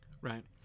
right